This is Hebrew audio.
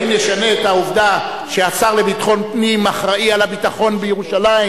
האם נשנה את העובדה שהשר לביטחון פנים אחראי לביטחון בירושלים?